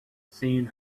seen